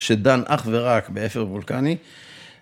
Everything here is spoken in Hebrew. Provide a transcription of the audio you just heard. שדן אך ורק באפר וולקני